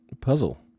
puzzle